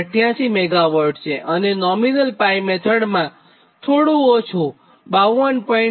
88 MW છેઅને nominal 𝜋 મેથડમાં થોડું ઓછું 52